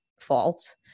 fault